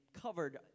covered